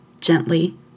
Gently